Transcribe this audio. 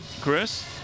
Chris